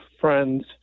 friend's